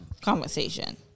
conversation